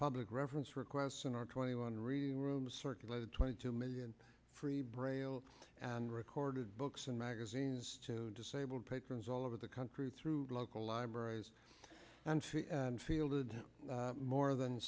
public reference requests in our twenty one really room circulated twenty two million free braille and recorded books and magazines to disabled patrons all over the country through local libraries and fielded more than